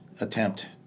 attempt